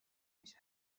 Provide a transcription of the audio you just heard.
هیچ